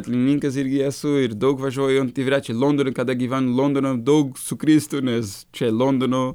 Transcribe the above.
atmininkas irgi esu ir daug važiuojant dviračiu londone kada gyven londono daug sukristų nes čia londono